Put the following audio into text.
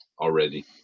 already